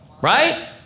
Right